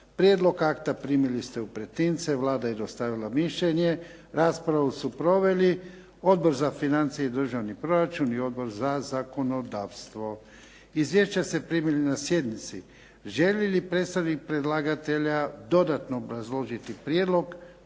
Prijedlog akta dobili ste u pretince. Vlada je dostavila mišljenje. Raspravu su proveli Odbor za financije i državni proračun i Odbor za zakonodavstvo. Izvješća ste primili na sjednici. Želi li predstavnik predlagatelja dodatno obrazložiti prijedlog?